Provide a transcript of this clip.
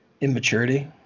immaturity